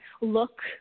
look